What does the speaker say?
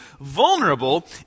vulnerable